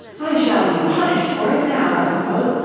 i shall be punished for it now, i suppose,